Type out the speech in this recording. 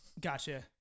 Gotcha